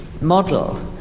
model